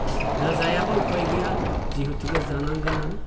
दा जायाब्ला उफाय गैया जिहेतुके जानांगोनआनो